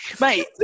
mate